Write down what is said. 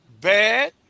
bad